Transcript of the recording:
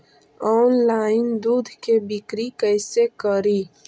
Online दुध के बिक्री कैसे करि?